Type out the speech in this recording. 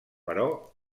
però